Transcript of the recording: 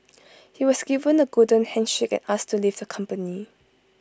he was given A golden handshake and asked to leave the company